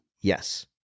yes